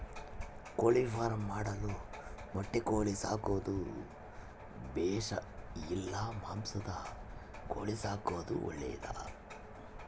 ಕೋಳಿಫಾರ್ಮ್ ಮಾಡಲು ಮೊಟ್ಟೆ ಕೋಳಿ ಸಾಕೋದು ಬೇಷಾ ಇಲ್ಲ ಮಾಂಸದ ಕೋಳಿ ಸಾಕೋದು ಒಳ್ಳೆಯದೇ?